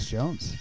Jones